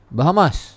Bahamas